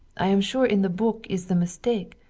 i am sure in the book is the mistake,